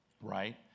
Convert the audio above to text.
right